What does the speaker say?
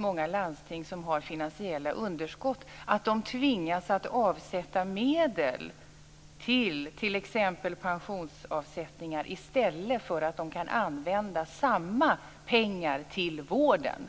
många landsting med finansiella underskott får den effekten att de tvingas avsätta medel till t.ex. pensionsavsättningar i stället för att använda samma pengar till vården.